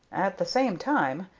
at the same time,